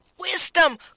Wisdom